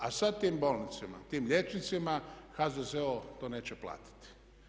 A sada tim bolnicama, tim liječnicima HZZO to neće platiti.